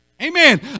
Amen